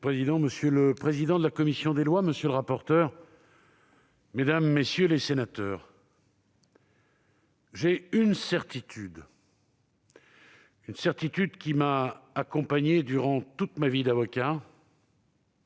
monsieur le président de la commission des lois, monsieur le rapporteur, mesdames, messieurs les sénateurs, il est une certitude qui m'a accompagné durant toute ma vie d'avocat